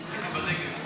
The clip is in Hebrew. הייתי גם בנגב.